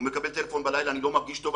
הוא מקבל טלפון בלילה: אני לא מרגיש טוב,